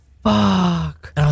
fuck